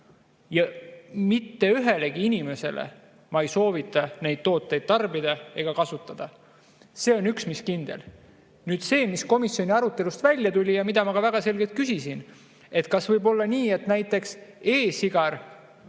Mitte ühelegi inimesele ma ei soovita neid tooteid tarbida. See on üks mis kindel. Nüüd, mis komisjoni arutelust välja tuli ja mida ma ka väga selgelt küsisin: kas võib olla nii, et e-sigar on